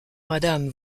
madame